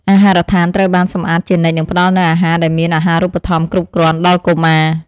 អាហារដ្ឋានត្រូវបានសម្អាតជានិច្ចនិងផ្តល់នូវអាហារដែលមានអាហារូបត្ថម្ភគ្រប់គ្រាន់ដល់កុមារ។